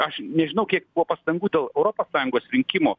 aš nežinau kiek buvo pastangų dėl europos sąjungos rinkimų